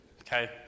Okay